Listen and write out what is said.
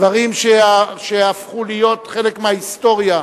דברים שהפכו להיות חלק מההיסטוריה,